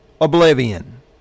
Oblivion